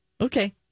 Okay